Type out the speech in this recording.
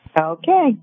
Okay